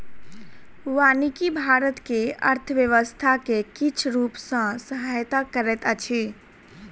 वानिकी भारत के अर्थव्यवस्था के किछ रूप सॅ सहायता करैत अछि